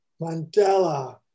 Mandela